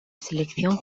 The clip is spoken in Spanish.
selección